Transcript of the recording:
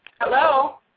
Hello